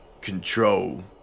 control